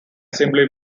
simply